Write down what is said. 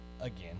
again